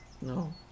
No